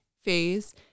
phase